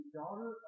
daughter